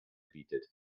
bietet